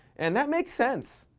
and that makes sense.